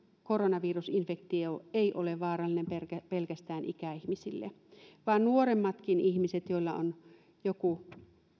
koronavirusinfektio ei ole vaarallinen pelkästään ikäihmisille vaan nuoremmatkin ihmiset joilla on joku